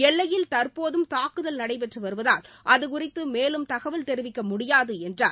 எல்லையில் தற்போதும் தாக்குதல் நடைபெற்று வருவதூல் அதுகுறித்து மேலும் தகவல் தெரிவிக்க முடியாது என்றார்